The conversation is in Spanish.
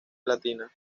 latina